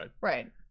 right